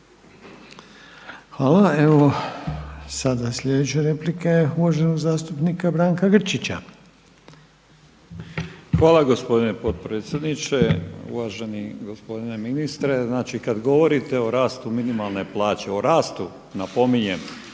Hvala. Evo sada … replike uvaženog zastupnika Branka Grčića. **Grčić, Branko (SDP)** Hvala gospodine potpredsjedniče. Uvaženi gospodine ministre. Znači kad govorite o rastu minimalne plaće, o rastu napominjem